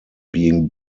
being